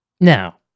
Now